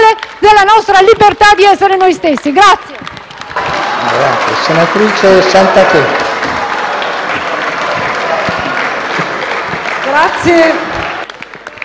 della nostra libertà di essere noi stessi.